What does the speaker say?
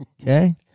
Okay